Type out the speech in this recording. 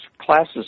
classes